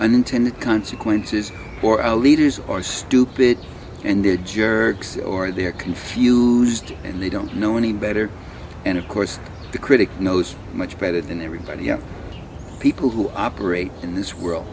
unintended consequences for our leaders are stupid and they're jerks or they're confused and they don't know any better and of course the critic knows much better than everybody else people who operate in this world